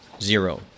Zero